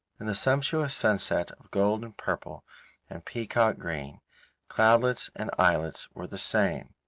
in the sumptuous sunset of gold and purple and peacock green cloudlets and islets were the same.